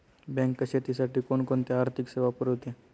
Bank शेतीसाठी कोणकोणत्या आर्थिक सेवा पुरवते?